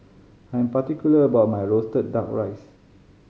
I am particular about my roasted Duck Rice